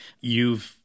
You've-